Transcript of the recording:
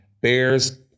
bears